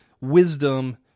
wisdom